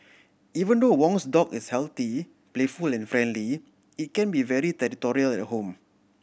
even though Wong's dog is healthy playful and friendly it can be very territorial at home